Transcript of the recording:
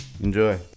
Enjoy